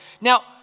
Now